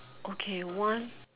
okay one